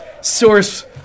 source